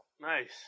Nice